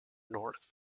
north